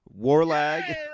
Warlag